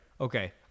Okay